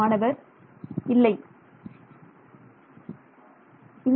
மாணவர் இல்லை இல்லை